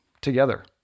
together